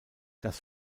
das